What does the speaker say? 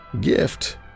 gift